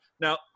now